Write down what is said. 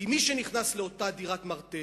כי מי שנכנס לאותה דירת מרתף,